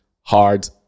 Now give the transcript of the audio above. hard